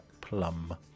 Plum